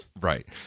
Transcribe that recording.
Right